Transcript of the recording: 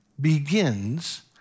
begins